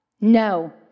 no